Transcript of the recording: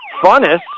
funnest